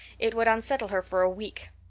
it would unsettle her for a week.